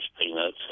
peanuts